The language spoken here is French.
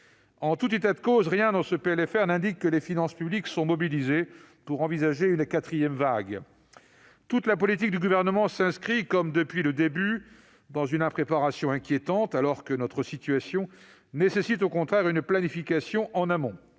de loi de finances rectificative n'indique que les finances publiques sont mobilisées pour envisager une quatrième vague. Toute la politique du Gouvernement s'inscrit, comme depuis le début, dans une impréparation inquiétante, alors que notre situation nécessite au contraire une planification en amont.